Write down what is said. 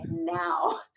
now